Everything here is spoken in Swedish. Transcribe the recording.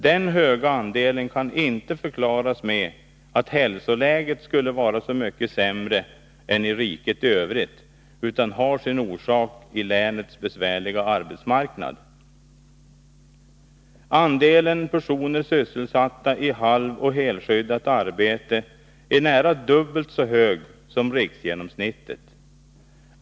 Den höga andelen kan inte förklaras med att hälsoläget skulle vara så mycket sämre än i riket i övrigt utan har sin orsak i länets besvärliga arbetsmarknad. Andelen personer sysselsatta i halvoch helskyddat arbete är nära dubbelt så hög som riksgenomsnittet.